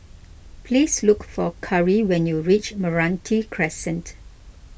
please look for Kari when you reach Meranti Crescent